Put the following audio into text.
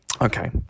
Okay